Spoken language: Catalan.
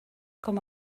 com